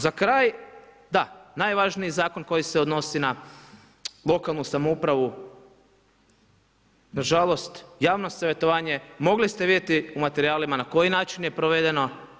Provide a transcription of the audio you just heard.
Za kraj, da najvažniji zakon koji se odnosi na lokalnu samouprave na žalost javno savjetovanje, mogli ste vidjeti u materijalima na koji način je provedeno.